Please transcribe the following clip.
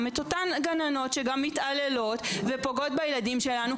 את אותן גננות שגם מתעללות ופוגעות בילדים שלנו.